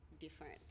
different